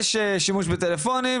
יש שימוש בטלפונים,